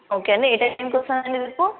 ఓకేండి ఏ టైంకి వస్తున్నారండి రేపు